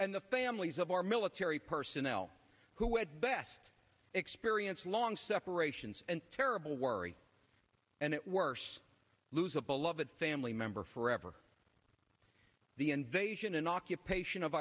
and the families of our military personnel who at best experience long separations and terrible worry and it worse lose a beloved family member forever the invasion and occupation of